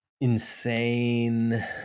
insane